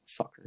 fucker